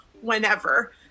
whenever